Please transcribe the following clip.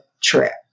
trap